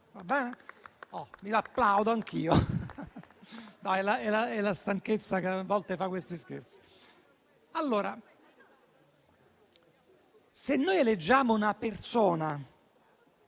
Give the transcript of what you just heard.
Applaudo anch'io. È la stanchezza che a volte fa questi scherzi. Se noi eleggiamo una persona